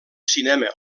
cinema